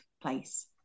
place